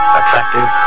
attractive